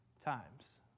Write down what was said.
times